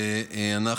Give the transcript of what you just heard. הממשלתית.